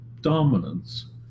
dominance